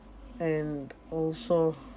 and also